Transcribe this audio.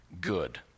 good